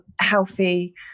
healthy